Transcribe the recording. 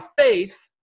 faith